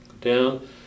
Down